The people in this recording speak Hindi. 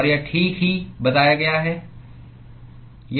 और यह ठीक ही बताया गया है